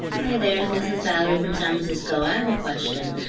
hi there. this is valerie from san francisco. i have a question.